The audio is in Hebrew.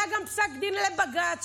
היה גם פסק דין של בג"ץ,